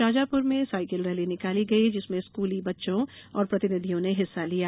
शाजापुर में cycle rally निकाली गई जिसमें स्कूली बच्चों जनप्रतिनिधियों ने हिस्सा लिया